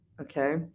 okay